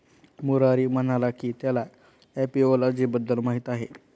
मुरारी म्हणाला की त्याला एपिओलॉजी बद्दल माहीत आहे